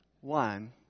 one